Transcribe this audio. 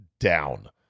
down